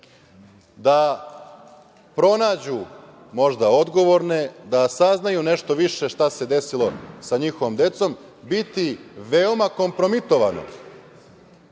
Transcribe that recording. da pronađu možda odgovorne, da saznaju nešto više šta se desilo sa njihovom decom, biti veoma kompromitovano,